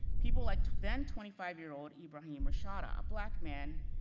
people, like then twenty five year old ibrahim rashada, a black man,